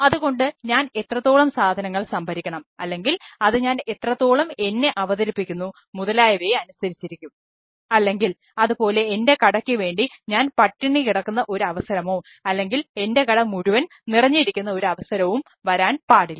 അതുകൊണ്ട് ഞാൻ എത്രത്തോളം സാധനങ്ങൾ സംഭരിക്കണം അല്ലെങ്കിൽ അത് ഞാൻ എത്രത്തോളം എന്നെ അവതരിപ്പിക്കുന്നു മുതലായവയെ അനുസരിച്ചിരിക്കും അല്ലെങ്കിൽ അതുപോലെ എൻറെ കടക്കു വേണ്ടി ഞാൻ പട്ടിണി കിടക്കുന്ന ഒരു അവസരമോ അല്ലെങ്കിൽ എൻറെ കട മുഴുവൻ നിറഞ്ഞിരിക്കുന്ന ഒരു അവസരവും വരാൻ പാടില്ല